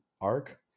arc